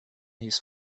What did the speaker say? his